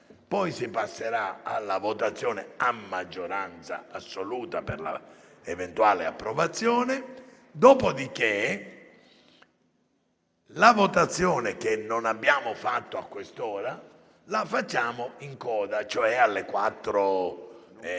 poi si passerà alla votazione a maggioranza assoluta per l'eventuale approvazione; dopodiché la votazione che non abbiamo svolto ora, la faremo in coda, cioè non prima